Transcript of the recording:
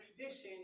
tradition